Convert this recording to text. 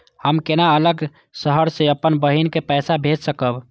हम केना अलग शहर से अपन बहिन के पैसा भेज सकब?